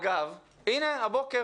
אגב, ,הנה הבוקר